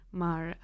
mar